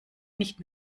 nicht